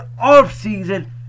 off-season